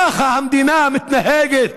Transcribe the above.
ככה המדינה מתנהגת